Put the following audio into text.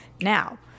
now